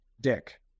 Dick